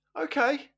okay